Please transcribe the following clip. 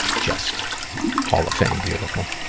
just hall of fame beautiful.